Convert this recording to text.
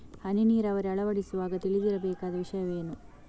ಹನಿ ನೀರಾವರಿ ಅಳವಡಿಸುವಾಗ ತಿಳಿದಿರಬೇಕಾದ ವಿಷಯವೇನು?